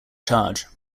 charge